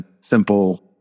simple